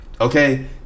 Okay